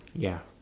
ya